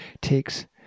takes